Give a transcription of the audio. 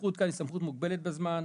הסמכות כאן היא סמכות מוגבלת בזמן,